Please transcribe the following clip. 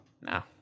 No